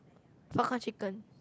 popcorn chicken